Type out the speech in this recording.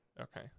Okay